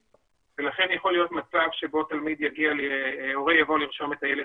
ולכן יכול להיות מצב שבו הורה יבוא לרשום את הילד